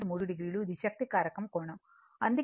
3o ఇది శక్తి కారకం కోణం అందుకే దీనిని 42